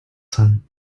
sun